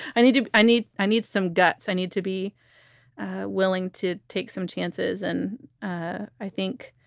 i need you. i need i need some guts. i need to be willing to take some chances. and ah i think